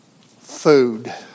Food